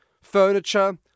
furniture